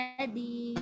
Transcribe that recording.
Ready